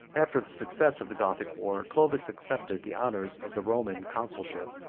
after the success of the gothic war, clovis accepted the honors of the roman consulship.